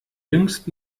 jüngst